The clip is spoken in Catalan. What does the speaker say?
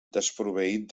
desproveït